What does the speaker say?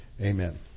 amen